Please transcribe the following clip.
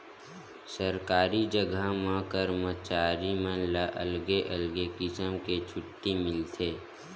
सरकारी जघा म करमचारी मन ला अलगे अलगे किसम के छुट्टी मिलथे